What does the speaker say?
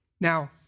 Now